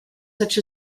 such